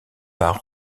par